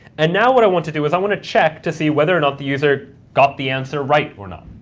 and now what i want to do is, i want to check to see whether or not the user got the answer right or not.